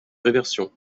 réversion